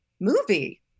movie